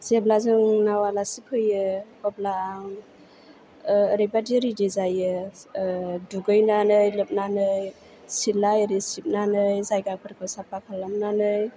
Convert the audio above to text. जेब्ला जोंनाव आलासि फैयो अब्ला आं ओरैबादि रिडि जायो दुगैनानै लोबनानै सिला एरि सिबनानै जायगाफोरखौ साफा खालामनानै